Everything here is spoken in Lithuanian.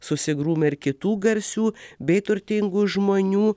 susigrūmę ir kitų garsių bei turtingų žmonių